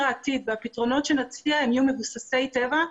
העתיד והפתרונות שנציע יהיו מבוססי טבע.